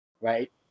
right